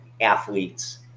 athletes